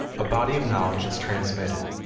a body of knowledge is transmitted,